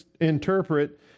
interpret